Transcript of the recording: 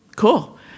cool